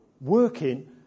working